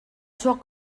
chuak